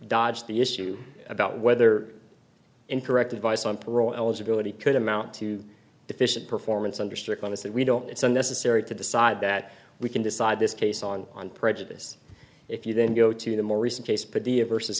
dodge the issue about whether incorrect advice on parole eligibility could amount to deficient performance under strict limits that we don't it's unnecessary to decide that we can decide this case on on prejudice if you then go to the more recent case